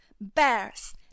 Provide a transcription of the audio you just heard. bears